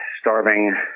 starving